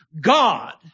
God